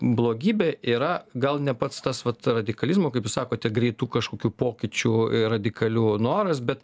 blogybė yra gal ne pats tas vat radikalizmo kaip jūs sakote greitų kažkokių pokyčių radikalių noras bet